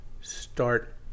start